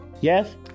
Yes